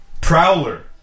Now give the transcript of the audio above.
Prowler